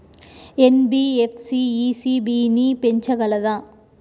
NBFC ECB ని పెంచగలదా?